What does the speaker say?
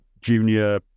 junior